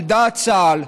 על דעת צה"ל,